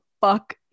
fuck